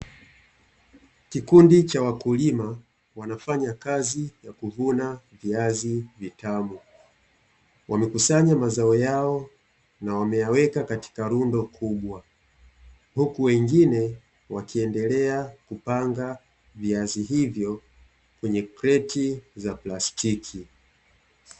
Kikundi cha wakulima wanafanya kazi ya kuvuna viazi vitamu. Wamekusanya mazao yao na wameyaweka katika rundo kubwa, huku wengine wakiendelea kupanga viazi hivyo kwenye kreti za plastiki.